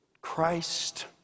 Christ